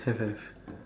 have have